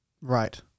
Right